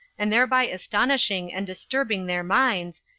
and thereby astonishing and disturbing their minds,